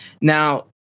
Now